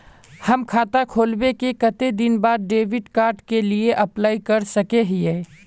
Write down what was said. हम खाता खोलबे के कते दिन बाद डेबिड कार्ड के लिए अप्लाई कर सके हिये?